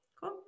Cool